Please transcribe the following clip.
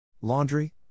Laundry